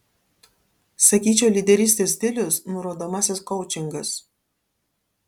sakyčiau lyderystės stilius nurodomasis koučingas